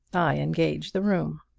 i engaged the room.